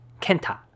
kenta